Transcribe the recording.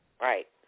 Right